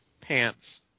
Pants